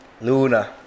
Luna